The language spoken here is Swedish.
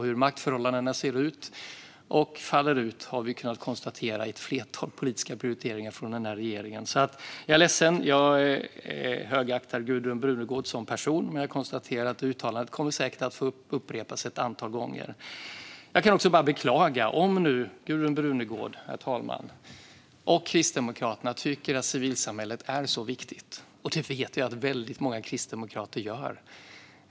Hur maktförhållandena ser ut och faller ut har vi kunnat konstatera i ett flertal politiska prioriteringar från den här regeringen, så jag är ledsen - jag högaktar Gudrun Brunegård som person, men jag konstaterar att det uttalandet säkert kommer att upprepas ett antal gånger. Jag kan också bara beklaga om Gudrun Brunegård och Kristdemokraterna tycker att civilsamhället är så viktigt, och det vet jag att väldigt många kristdemokrater gör.